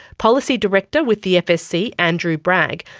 policy director with the fsc, andrew bragg,